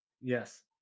yes